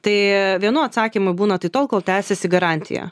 tai vienų atsakymai būna tai tol kol tęsiasi garantija